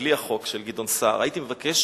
ובלי החוק של גדעון סער הייתי מבקש